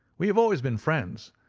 we have always been friends.